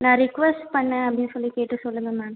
நான் ரிக்குவஸ்ட் பண்ணேன் அப்படினு சொல்லி கேட்டு சொல்லுங்கள் மேம்